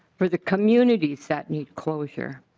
for the communities that need closure.